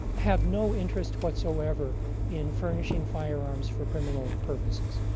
have no interest whatsoever in furnishing firearms for criminal purposes.